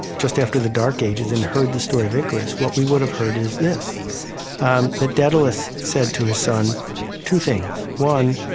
just after the dark ages and heard the story of icarus what we would have heard is this um that daedalus said to his son two things one,